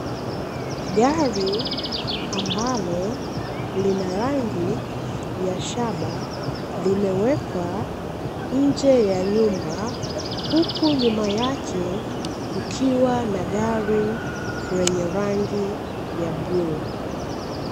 Gari ambalo lina rangi ya shaba, limewekwa nje ya nyumba huku nyuma yake kukiwa na gari lenye rangi ya bluu.